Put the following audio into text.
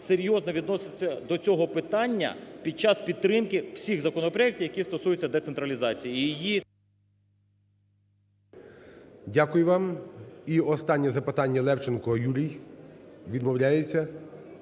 серйозно до цього питання під час підтримки всіх законопроектів, які стосуються децентралізації і її… ГОЛОВУЮЧИЙ. Дякую вам. І останнє запитання – Левченко Юрій. Відмовляється.